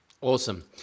Awesome